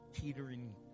teetering